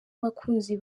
abakunzi